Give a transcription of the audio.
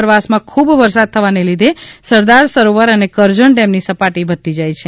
ઉપરવાસમાં ખૂબ વરસાદ થવાને લીધે સરદાર સરોવર અને કરજણ ડેમની સપાટી વધતી જાય છે